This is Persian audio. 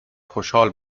خوشحال